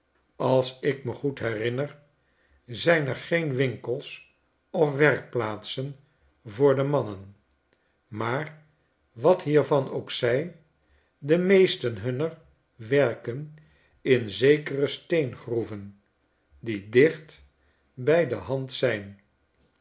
als ik me goed herinner zijn er geen winkels of werkplaatsen voor de mannen maar wat hiervan ook zij de meesten huriner werken in zekere steengroeven die dicht by de hand zijn